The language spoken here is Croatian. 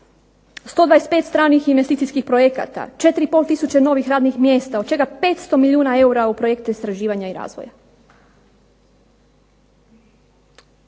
125 stranih investicijskih projekata, 4 i pol tisuće novih radnih mjesta, od čega 500 milijuna eura u projekt istraživanja i razvoja.